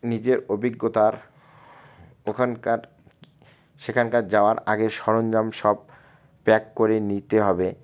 নিজের অভিজ্ঞতার ওখানকার সেখানকার যাওয়ার আগে সরঞ্জাম সব প্যাক করে নিতে হবে